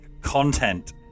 content